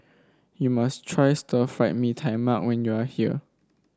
you must try Stir Fried Mee Tai Mak when you are here